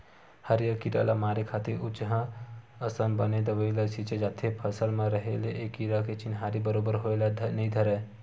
हरियर कीरा ल मारे खातिर उचहाँ असन बने दवई ल छींचे जाथे फसल म रहें ले ए कीरा के चिन्हारी बरोबर होय ल नइ धरय